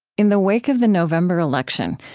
in the wake of the november election,